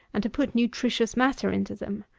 and to put nutritious matter into them.